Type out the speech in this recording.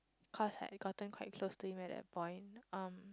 cause I have gotten quite close to him at that point um